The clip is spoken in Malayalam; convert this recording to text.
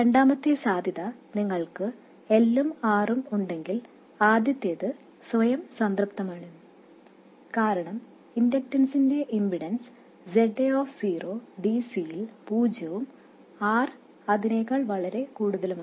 രണ്ടാമത്തെ സാധ്യത നിങ്ങൾക്ക് L ഉം R ഉം ഉണ്ടെങ്കിൽ ആദ്യത്തേത് സ്വയം സംതൃപ്തമാണ് കാരണം ഇൻഡക്റ്ററിന്റെ impedance Za of zero dc യിൽ പൂജ്യവും R അതിനെക്കാൾ വളരെ കൂടുതലുമാണ്